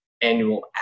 annual